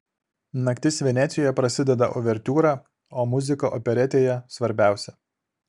naktis venecijoje prasideda uvertiūra o muzika operetėje svarbiausia